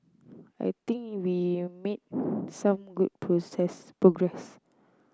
I think we made some good progress